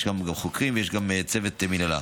יש גם חוקרים ויש גם צוות מינהלה.